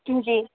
जी